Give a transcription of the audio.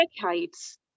decades